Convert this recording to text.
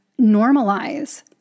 normalize